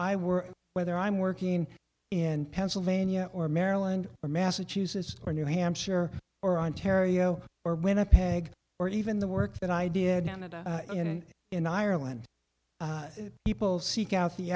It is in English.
i were whether i'm working in pennsylvania or maryland or massachusetts or new hampshire or ontario or when a peg or even the work that i did manage in in ireland people seek out the